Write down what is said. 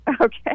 Okay